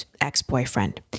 ex-boyfriend